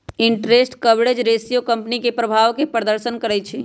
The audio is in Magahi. इंटरेस्ट कवरेज रेशियो कंपनी के प्रभाव के प्रदर्शन करइ छै